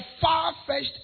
far-fetched